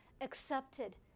accepted